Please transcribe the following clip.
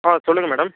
ஆ சொல்லுங்க மேடம்